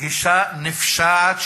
גישה נפשעת,